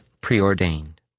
preordained